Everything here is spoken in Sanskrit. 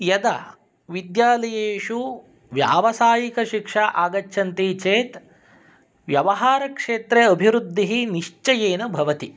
यदा विद्यालयेषु व्यावसायिकशिक्षा आगच्छन्ति चेत् व्यवहारक्षेत्रे अभिवृद्धिः निश्चयेन भवति